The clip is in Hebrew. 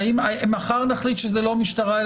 מחר נחליט שזה לא משטרה,